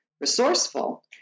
resourceful